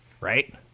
right